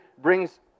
brings